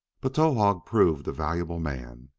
but towahg proved a valuable man.